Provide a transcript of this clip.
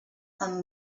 amb